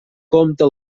compte